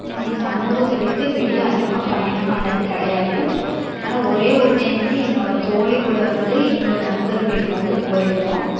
நான் என் சமூகத்தை விட்டு வெளியே அதிகமாக பயணம் பண்ணது கிடையாது ஆனால் ஒரே ஒரு டைம் வந்து என்னோடய தோழி கூட வந்து இன்னொரு நண்பர் வீட்டுக்கு வந்து போய்ருந்தோம்